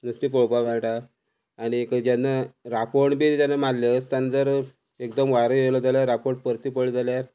नुस्तें पळोवपा कळटा आनीक जेन्ना रांपोण बी जेन्ना मारले आसतना जर एकदम वारो येयलो जाल्यार रांपोण परती पडली जाल्यार